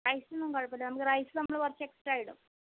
rice ഒന്നും കുഴപ്പമില്ല ma'am നമുക്ക് റൈസ് നമ്മൾ കുറച്ച് എക്സ്ട്രാ ഇടും